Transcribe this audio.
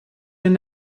your